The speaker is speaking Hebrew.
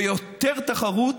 ויותר תחרות